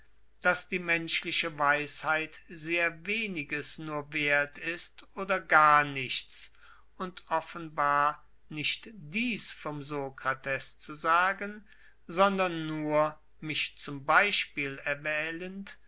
daß die menschliche weisheit sehr weniges nur wert ist oder gar nichts und offenbar nicht dies vom sokrates zu sagen sondern nur mich zum beispiel erwählend